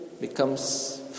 becomes